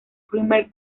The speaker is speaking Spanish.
primer